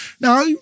Now